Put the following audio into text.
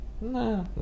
No